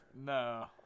No